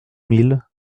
mille